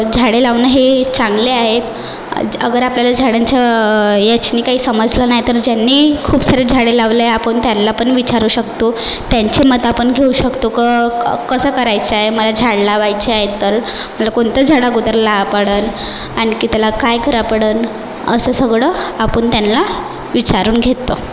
झाडे लावणं हे चांगले आहे अगर आपल्याला झाडांचं ह्याचने काही समजलं नाही तर ज्यांनी खूप सारे झाडे लावले आपण त्यानला पण विचारू शकतो त्यांचे मतं आपण घेऊ शकतो क कसं करायचंय मला झाड लावायचंय तर मला कोणतं झाड अगोदर ला पडल आणखी त्याला काय कराय पडल असं सगळं आपण त्यानला विचारून घेतो